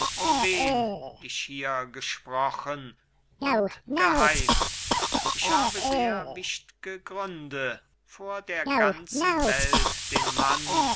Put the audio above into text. wen ich hier gesprochen und geheim ich habe sehr wichtge gründe vor der ganzen welt den mann